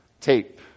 tape